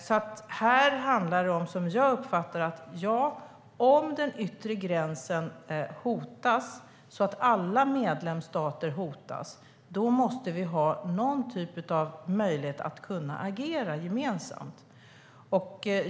Som jag uppfattar det handlar det här om att om den yttre gränsen hotas, så att alla medlemsstater hotas, måste vi ha någon typ av möjlighet att agera gemensamt.